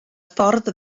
ffordd